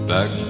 Back